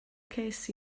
ces